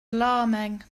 alarming